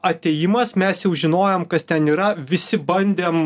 atėjimas mes jau žinojom kas ten yra visi bandėm